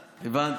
הבנתי.